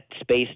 space